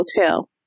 hotel